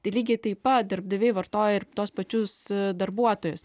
tai lygiai taip pat darbdaviai vartoja ir tuos pačius darbuotojus